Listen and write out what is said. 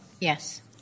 Yes